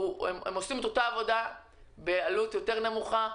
הם עושים את אותה עבודה בעלות נמוכה יותר,